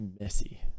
messy